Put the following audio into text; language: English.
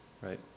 right